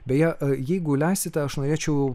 beje jeigu leisite aš norėčiau